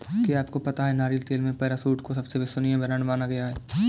क्या आपको पता है नारियल तेल में पैराशूट को सबसे विश्वसनीय ब्रांड माना गया है?